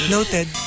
Noted